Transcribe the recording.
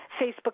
Facebook